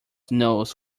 knows